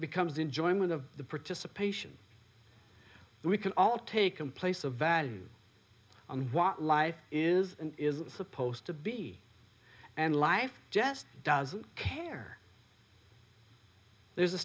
becomes enjoyment of the participation we can all taken place a value on what life is and isn't supposed to be and life just doesn't care there's a